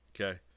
Okay